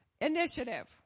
initiative